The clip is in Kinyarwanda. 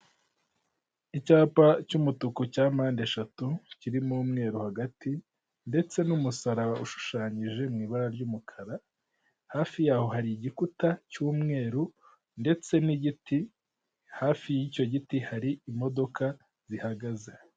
Icyapa cy'umutuku cya mpandeshatu kirimo umweru hagati, ndetse n'umusaraba ushushanyije mu ibara ry'umukara, hafi yaho hari igikuta cy'umweru ndetse n'igiti, hafi y'icyo giti hari imodoka zihagaze.